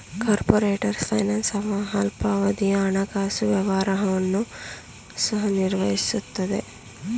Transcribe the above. corporate finance ಅಲ್ಪಾವಧಿಯ ಹಣಕಾಸು ವ್ಯವಹಾರವನ್ನು ಸಹ ನಿರ್ವಹಿಸುತ್ತದೆ